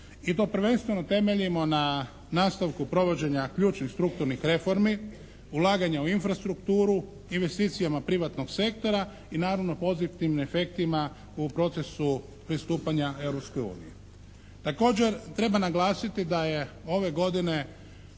i to prvenstveno temeljimo na nastavku provođenja ključnih strukturnih reformi, ulaganja u infrastrukturu, investicijama privatnog sektora i naravno pozitivnim efektima u procesu pristupanja Europskoj uniji. Također treba naglasiti da je ove godine